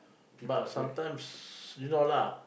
but sometimes you know lah